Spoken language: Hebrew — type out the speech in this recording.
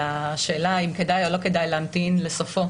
ולשאלה אם כדאי או לא כדאי להמתין לסופו.